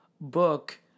book